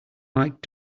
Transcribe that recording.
like